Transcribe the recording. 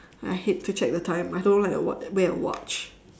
I hate to check the time I don't like a wat~ to wear a watch